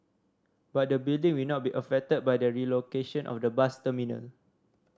but the building will not be affected by the relocation of the bus terminal